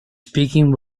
speaking